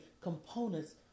components